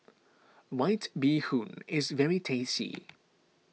White Bee Hoon is very tasty